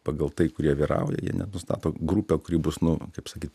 pagal tai kurie vyrauja jie net nustato grupę kuri bus nu kaip sakyt